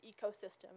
ecosystem